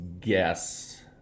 guess